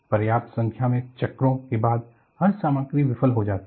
पर्याप्त संख्या में चक्रों के बाद हर सामग्री विफल हो जाती है